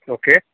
okay